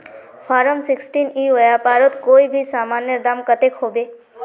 Form sixteen ई व्यापारोत कोई भी सामानेर दाम कतेक होबे?